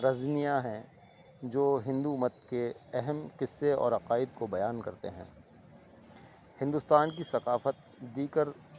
رزمیہ ہیں جو ہندو مت کے اہم قصّے اور عقائد کو بیان کرتے ہیں ہندوستان کی ثقافت دیگر